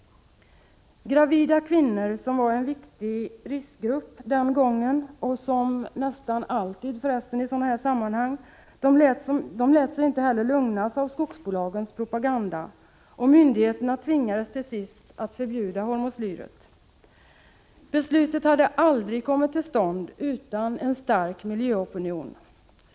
Gravida kvinnor, som den gången — liksom nästan alltid i sådana här sammanhang — var en viktig riskgrupp, lät sig inte heller lugnas av skogsbolagens propaganda, och myndigheterna tvingades till sist att förbjuda hormoslyret. Beslutet hade aldrig kommit till stånd utan en stark miljöopinion.